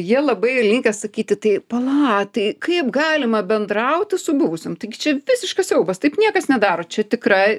jie labai linkę sakyti tai pala tai kaip galima bendrauti su buvusiom tai gi čia visiškas siaubas taip niekas nedaro čia tikra